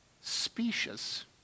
specious